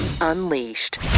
Unleashed